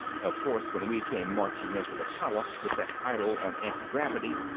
of course, when we came marching into the palace with that idol on antigravity,